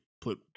put